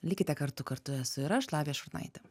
likite kartu kartu esu ir aš lavija šurnaitė